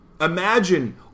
Imagine